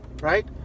right